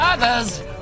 Others